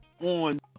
on